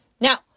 Now